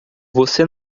você